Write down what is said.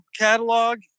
catalog